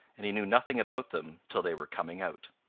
and he knew nothing about them till they were coming out.